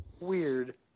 Weird